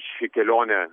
ši kelionė